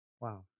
Wow